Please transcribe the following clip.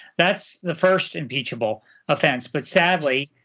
that's the first impeachable offense. but sadly,